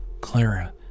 Clara